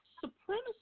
supremacy